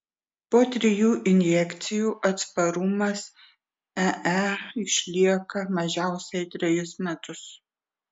po trijų injekcijų atsparumas ee išlieka mažiausiai trejus metus